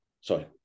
sorry